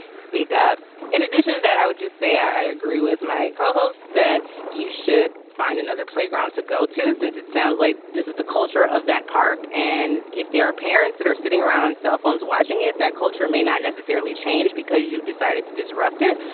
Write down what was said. speak up. in addition that i would just say i agree with my co-host that you should find another playground to go to, since it sounds like this is the culture of that park. and if there are parents that are sitting around cell phones watching it, that culture may not necessarily change because you've decided to disrupt it.